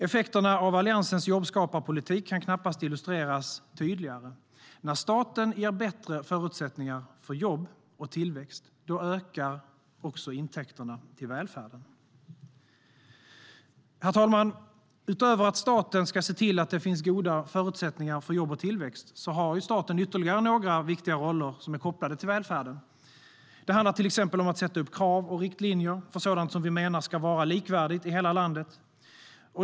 Effekterna av alliansens jobbskaparpolitik kan knappast illustreras tydligare. När staten ger bättre förutsättningar för jobb och tillväxt ökar också intäkterna till välfärden. Herr talman! Utöver att staten ska se till att det finns goda förutsättningar för jobb och tillväxt har staten ytterligare några viktiga roller som är kopplade till välfärden. Det handlar till exempel om att sätta upp krav och riktlinjer för sådant som vi menar ska vara likvärdigt i hela landet.